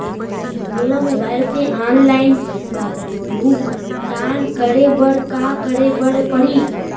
मोला मोबाइल से ऑनलाइन भुगतान करे बर का करे बर पड़ही?